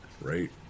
right